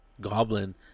goblin